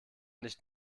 nicht